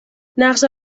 نقشه